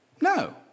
No